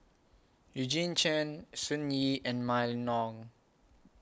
Eugene Chen Sun Yee and Mylene Ong